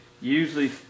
Usually